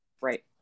Right